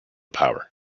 power